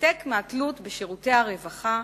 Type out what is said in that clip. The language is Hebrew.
להתנתק מהתלות בשירותי הרווחה,